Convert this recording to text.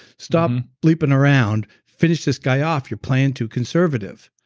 stop bleeping around, finish this guy off. you're playing too conservative.